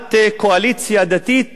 בהקמת קואליציה דתית